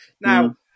Now